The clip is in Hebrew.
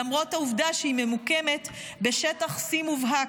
למרות העובדה שהיא ממוקמת בשטח C מובהק.